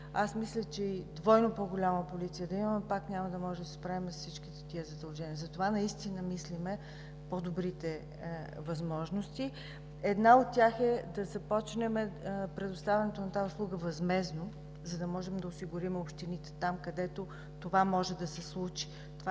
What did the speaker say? Мисля, че и двойно по-голяма полиция да имаме, пак няма да можем да се справим с всичките тези задължения. Затова наистина мислим за по-добрите възможности. Една от тях е да започнем предоставянето на тази услуга възмездно, за да можем да осигурим общините – там, където това може да се случи.